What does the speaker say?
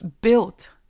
built